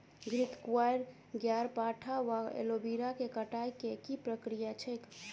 घृतक्वाइर, ग्यारपाठा वा एलोवेरा केँ कटाई केँ की प्रक्रिया छैक?